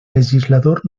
legislador